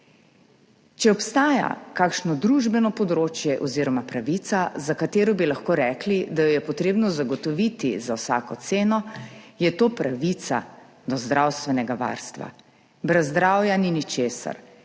Če obstaja kakšno družbeno področje oziroma pravica, za katero bi lahko rekli, da jo je treba zagotoviti za vsako ceno, je to pravica do zdravstvenega varstva. Brez zdravja ni ničesar,